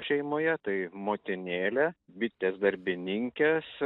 šeimoje tai motinėlė bitės darbininkės